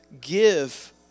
give